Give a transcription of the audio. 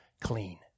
clean